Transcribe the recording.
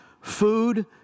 food